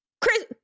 Chris